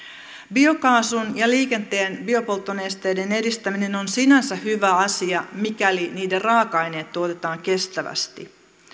biokaasun ja liikenteen biopolttonesteiden edistäminen on sinänsä hyvä asia mikäli niiden raaka aineet tuotetaan kestävästi